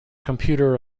computer